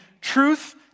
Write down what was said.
truth